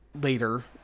later